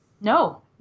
No